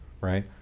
right